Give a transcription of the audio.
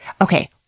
Okay